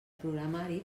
programari